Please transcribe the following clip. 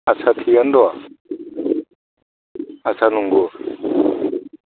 आस्सा थिगानो दं आस्सा नंगौ